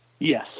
Yes